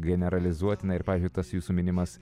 generalizuoti na ir pavyzdžiui tas jūsų minimas